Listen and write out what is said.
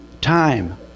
time